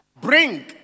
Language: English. Bring